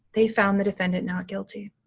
they found the defendant not guilty.